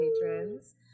patrons